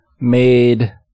made